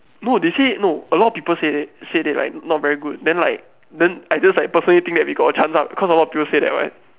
no they say no a lot of people said it said it like not very good then like then I just like personally think that we got a chance ah because a lot of people say that what